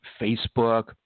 Facebook